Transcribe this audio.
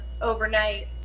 overnight